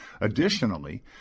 Additionally